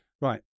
Right